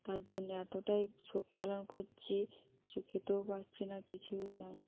তার জন্যে এতটাই শোক পালন করছি কিছু খেতেও পারছি না কিছুই নয়